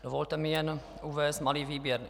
Dovolte mi jen uvést malý výběr.